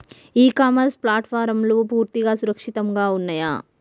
ఇ commerce ప్లాట్ఫారమ్లు పూర్తిగా సురక్షితంగా ఉన్నయా?